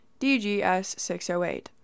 DGS-608